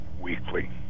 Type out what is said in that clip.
weekly